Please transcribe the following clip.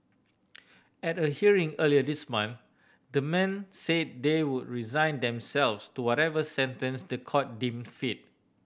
at a hearing earlier this month the men said they would resign themselves to whatever sentence the court deemed fit